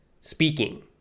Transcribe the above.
speaking